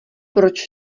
proč